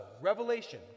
Revelation